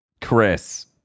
Chris